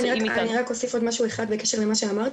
אני רק אוסיף עוד משהו אחד בקשר למה שאמרת,